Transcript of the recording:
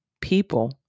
people